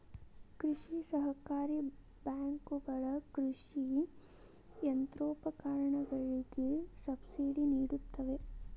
ಕೃಷಿ ಸಹಕಾರಿ ಬ್ಯಾಂಕುಗಳ ಕೃಷಿ ಯಂತ್ರೋಪಕರಣಗಳಿಗೆ ಸಬ್ಸಿಡಿ ನಿಡುತ್ತವೆ